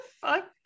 fuck